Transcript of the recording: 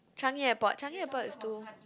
Changi-Airport Changi-Airport is too